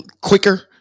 quicker